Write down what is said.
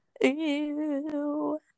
Ew